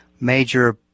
major